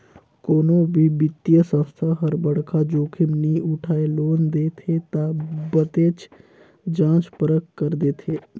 कोनो भी बित्तीय संस्था हर बड़खा जोखिम नी उठाय लोन देथे ता बतेच जांच परख कर देथे